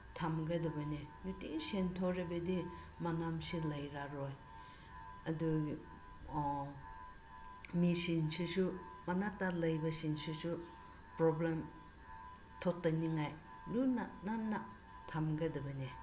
ꯊꯝꯒꯗꯕꯅꯤ ꯅꯨꯡꯇꯤ ꯁꯦꯡꯗꯣꯛꯂꯕꯗꯤ ꯃꯅꯝꯁꯦ ꯂꯩꯔꯔꯣꯏ ꯑꯗꯨꯒꯤ ꯃꯤꯁꯤꯡꯁꯤꯁꯨ ꯃꯅꯥꯛꯇ ꯂꯩꯕꯁꯤꯡꯁꯤꯁꯨ ꯄ꯭ꯔꯣꯕ꯭ꯂꯦꯝ ꯊꯣꯛꯇꯅꯤꯡꯉꯥꯏ ꯂꯨꯅ ꯅꯥꯟꯅ ꯊꯝꯒꯗꯕꯅꯦ